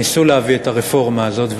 ניסו להביא את הרפורמה הזאת,